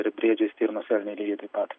ir briedžiai stirnos elniai lygiai taip pat